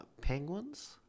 Penguins